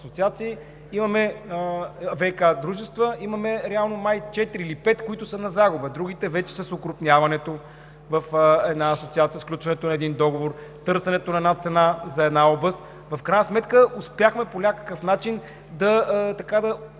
лъже паметта, ВиК дружества, имаме реално май четири или пет, които са на загуба. Другите – вече с окрупняването в една асоциация, сключването на един договор, търсенето на една цена за една област, в крайна сметка успяхме по някакъв начин да окрупним